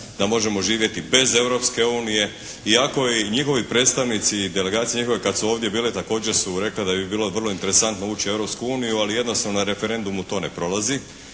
da možemo živjeti bez Europske unije iako i njihovi predstavnici i delegacije njihove kad su ovdje bile također su rekle da bi bilo vrlo interesantno ući u Europsku uniju, ali jednostavno na referendumu to ne prolazi.